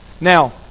Now